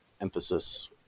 emphasis